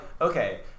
okay